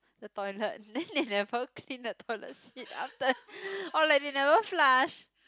the toilet then they never clean the toilet seat after or like they never flush